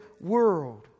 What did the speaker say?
world